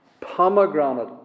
pomegranate